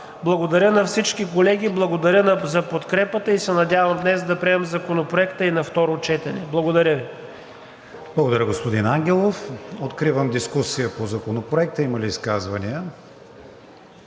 Благодаря на всички колеги, благодаря за подкрепата и се надявам днес да приемем Законопроекта и на второ четене. Благодаря Ви. ПРЕДСЕДАТЕЛ КРИСТИАН ВИГЕНИН: Благодаря, господин Ангелов. Откривам дискусия по Законопроекта. Има ли изказвания?